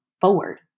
forward